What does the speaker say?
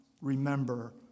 remember